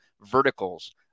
verticals